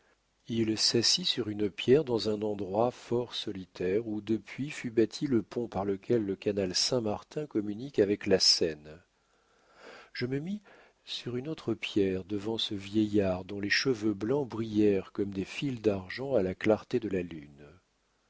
il s'assit sur une pierre dans un endroit fort solitaire où depuis fut bâti le pont par lequel le canal saint-martin communique avec la seine je me mis sur une autre pierre devant ce vieillard dont les cheveux blancs brillèrent comme des fils d'argent à la clarté de la lune